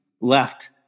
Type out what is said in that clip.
left